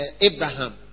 Abraham